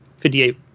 58